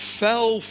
fell